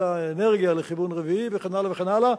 האנרגיה לכיוון רביעי וכן הלאה וכן הלאה.